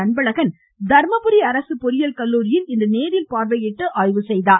அன்பழகன் தர்மபுரி அரசு பொறியியல் கல்லூரியில் இன்று நேரில் பார்வையிட்டு ஆய்வு செய்தார்